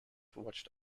watched